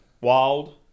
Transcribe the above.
Wild